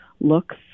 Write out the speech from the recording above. looks